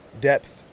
depth